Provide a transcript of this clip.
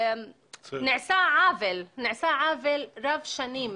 נעשה עוול רב שנים